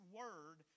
word